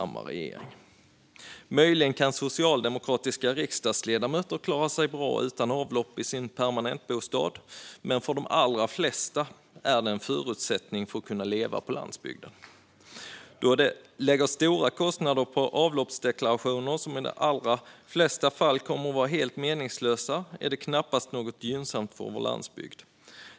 Möjligen kan socialdemokratiska riksdagsledamöter klara sig bra utan avlopp i sin permanentbostad, men för de allra flesta är det en förutsättning för att kunna leva på landsbygden. Att ta ut stora avgifter för avloppsdeklarationer som i de allra flesta fall kommer att vara helt meningslösa är knappast gynnsamt för vår landsbygd.